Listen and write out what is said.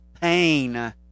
pain